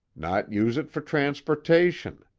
not use it for transportation,